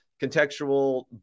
contextual